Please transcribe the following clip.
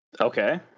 Okay